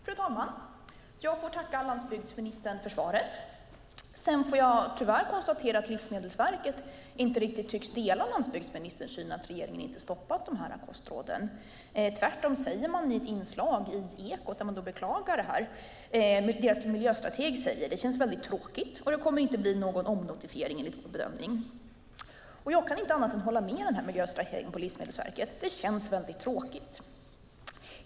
Fru talman! Jag får tacka landsbygdsministern för svaret. Sedan får jag tyvärr konstatera att Livsmedelsverket inte riktigt tycks dela landsbygdsministerns syn att regeringen inte stoppat de här kostråden. Tvärtom beklagar man detta i ett inslag i Ekot , och Livsmedelsverkets miljöstrateg säger att det känns väldigt tråkigt och att det inte kommer att bli någon omnotifiering enligt deras bedömning. Jag kan inte annat än hålla med miljöstrategen på Livsmedelsverket: Det känns väldigt tråkigt.